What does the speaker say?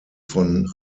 von